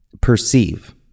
perceive